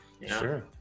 Sure